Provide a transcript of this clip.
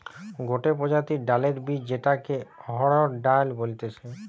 গটে প্রজাতির ডালের বীজ যেটাকে অড়হর ডাল বলতিছে